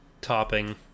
topping